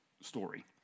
story